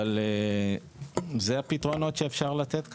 אבל זה הפתרונות שאפשר לתת כרגע.